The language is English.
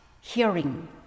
hearing